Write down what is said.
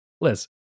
Liz